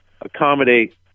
accommodate